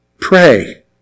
pray